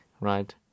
right